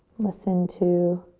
listen to